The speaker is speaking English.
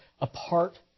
apart